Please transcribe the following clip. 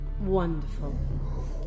Wonderful